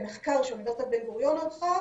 ממחקר שאוניברסיטת בן גוריון ערכה